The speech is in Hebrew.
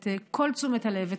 את כל תשומת הלב,